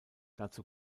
dazu